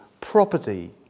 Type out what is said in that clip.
property